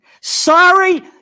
sorry